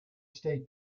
state